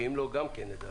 ואם לא, גם לדווח.